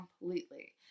completely